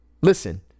listen